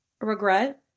regret